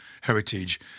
heritage